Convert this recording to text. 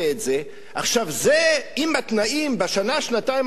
זה אם התנאים בשנה-שנתיים הקרובות יהיו אותו דבר,